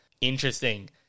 Interesting